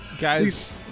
Guys